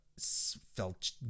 felt